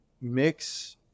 mix